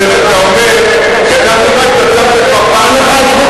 ומונח ערעור בממשלה לגבי הצעת החוק שלך, חבר הכנסת